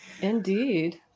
Indeed